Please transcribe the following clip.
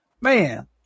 Man